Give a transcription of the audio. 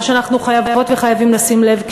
מה שאנחנו חייבות וחייבים לשים לב אליו,